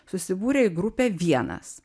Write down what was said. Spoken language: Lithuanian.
susibūrė į grupę vienas